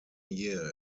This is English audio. year